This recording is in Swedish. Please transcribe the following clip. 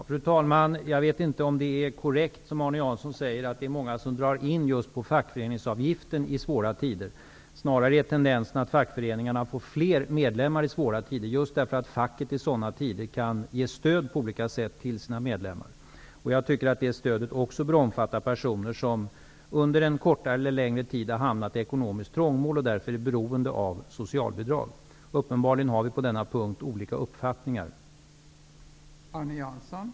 Fru talman! Jag vet inte om det är korrekt som Arne Jansson säger, att det är många som drar in just på fackföreningsavgiften i svåra tider. Det är snarare så att tendensen är att fackföreningarna får fler medlemmar i svåra tider just för att facket i sådana tider kan ge stöd på olika sätt till sina medlemmar. Jag tycker att det stödet också bör omfatta personer som under en kortare eller längre tid har hamnat i ekonomiskt trångmål och därför är beroende av socialbidrag. Uppenbarligen har vi olika uppfattningar på denna punkt.